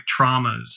traumas